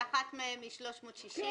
שאחת מהן היא 360,